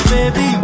Baby